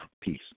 peace